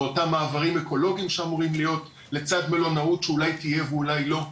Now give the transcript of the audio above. ואותם מעברים אקולוגיים שאמורים להיות לצד מלונאות שאולי תהיה ואולי לא,